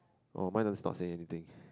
oh mine doesn't stop saying anything